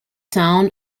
town